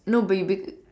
no but you be